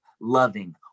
loving